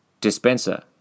Dispenser